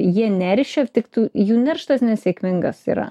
jie neršia ar tik tų jų nerštas nesėkmingas yra